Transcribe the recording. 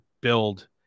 build